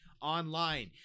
Online